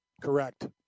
Correct